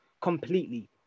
completely